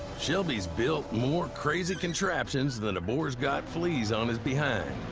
shelby's built more crazy contraptions than a boar's got fleas on his behind.